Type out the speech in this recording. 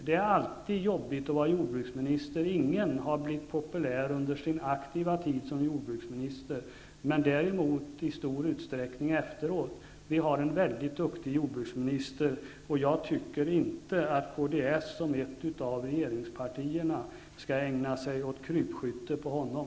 Det är alltid jobbigt att vara jordbruksminister. Ingen har blivit populär under sin aktiva tid som jordbruksminister, men däremot i stor utsträckning efteråt. Vi har en mycket duktig jordbruksminister. Jag tycker inte att kds som är ett utav regeringspartierna skall ägna sig åt krypskytte på honom.